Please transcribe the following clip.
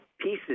pieces